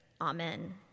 Amen